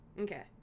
Okay